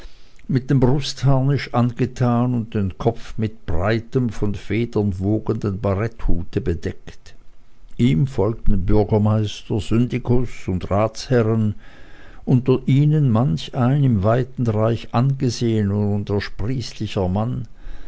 mit dem brustharnisch angetan und den kopf mit breitem von federn wogendem baretthute bedeckt ihm folgten bürgermeister syndikus und ratsherren unter ihnen manch ein im weiten reich angesehener und ersprießlicher mann